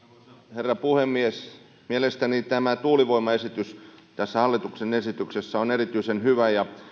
herra puhemies mielestäni tämä tuulivoimaesitys tässä hallituksen esityksessä on erityisen hyvä ja